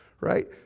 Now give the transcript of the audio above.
Right